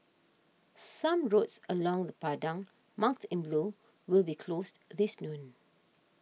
some roads around the Padang marked in blue will be closed this noon